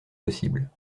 possibles